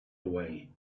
away